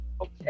Okay